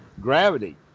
Gravity